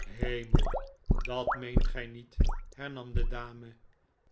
herael dat meent gij niet hernam de dame